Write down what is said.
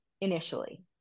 initially